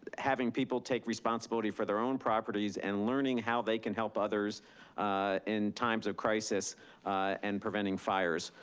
having people take responsibility for their own properties, and learning how they can help others in times of crisis and preventing fires.